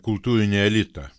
kultūrinį elitą